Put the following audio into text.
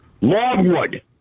Longwood